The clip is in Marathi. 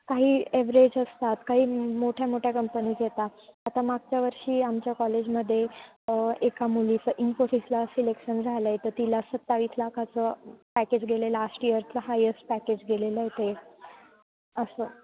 काही ॲव्हरेज असतात काही मोठ्या मोठ्या कंपनीज येतात आता मागच्या वर्षी आमच्या कॉलेजमध्ये एका मुलीचं इन्फोफिसला सिलेक्शन झालं आहे तर तिला सत्तावीस लाखाचं पॅकेज गेलं आहे लास्ट इयरचं हायस्ट पॅकेज गेलेलं आहे ते असं